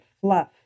fluff